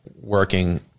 working